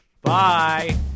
Bye